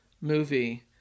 movie